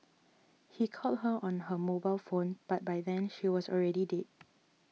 he called her on her mobile phone but by then she was already dead